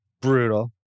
Brutal